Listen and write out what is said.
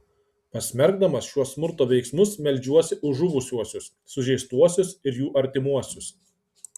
pasmerkdamas šiuos smurto veiksmus meldžiuosi už žuvusiuosius sužeistuosius ir jų artimuosius